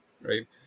right